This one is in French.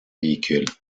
véhicules